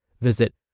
Visit